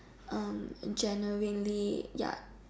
um genuinely ya